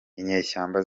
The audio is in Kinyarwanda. inyeshyamba